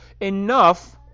enough